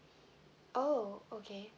oh okay